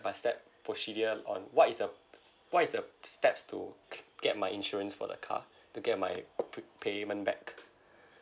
by step procedure on what is the what is the steps to get my insurance for the car to get my pre~ payment back